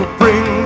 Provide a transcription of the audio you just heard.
bring